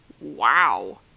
Wow